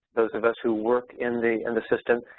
those of us who work in the and the system,